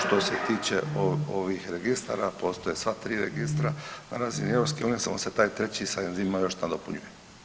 Što se tiče ovih registara, postoje sva tri registra na razini EU-a, samo se taj treći sa enzimima još nadopunjuje.